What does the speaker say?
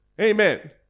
amen